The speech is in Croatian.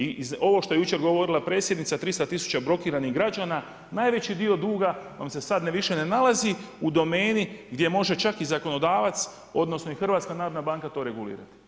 I iz ovog što je jučer govorila predsjednica 300000 blokiranih građana, najveći dio duga vam se sada više ne nalazi u domeni, gdje može čak i zakonodavac, odnosno i HNB i to regulirati.